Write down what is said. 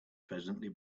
presently